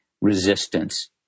resistance